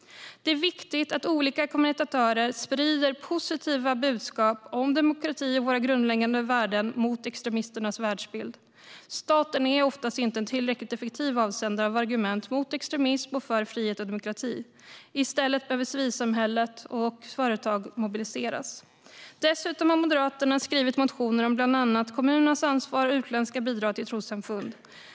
Det är viktigt att olika kommunikatörer sprider positiva budskap om demokrati och våra grundläggande värden, mot extremisternas världsbild. Staten är ofta inte en tillräckligt effektiv avsändare av argument mot extremism och för frihet och demokrati. I stället behöver civilsamhället och företag mobiliseras. Dessutom har Moderaterna skrivit motioner om bland annat kommunernas ansvar och utländska bidrag till trossamfund.